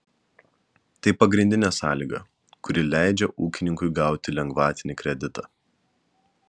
tai pagrindinė sąlyga kuri leidžia ūkininkui gauti lengvatinį kreditą